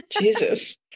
Jesus